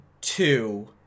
two